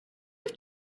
have